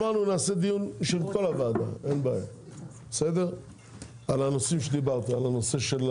אמרנו שנקיים דיון של כל הוועדה על המתקן הזה שדיברת עליו.